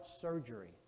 surgery